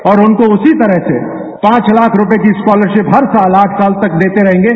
और उनको उसी तरह से पांच लाख रुपये की स्कॉलरशिप हर साल आठ साल तक देते रहेंगे